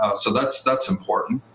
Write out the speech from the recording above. ah so that's that's important.